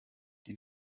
die